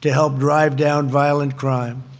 to help drive down violent crime.